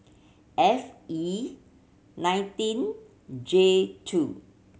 F E nineteen J two